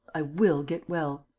i will get well.